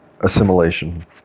assimilation